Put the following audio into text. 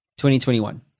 2021